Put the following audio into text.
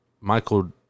Michael